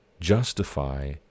justify